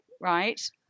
Right